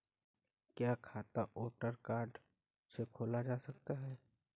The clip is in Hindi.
क्या खाता वोटर कार्ड से खोला जा सकता है?